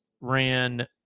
ran